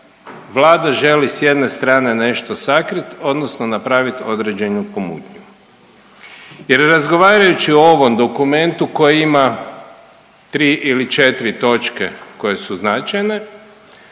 Vlada želi s jedne strane nešto sakrit odnosno napravit određenu pomutnju. Jer razgovarajući o ovom dokumentu koji ima tri ili četiri točke koje su značajne